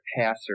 passer